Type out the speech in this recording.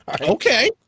Okay